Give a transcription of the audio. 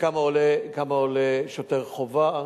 כמה עולה שוטר וכמה עולה שוטר חובה,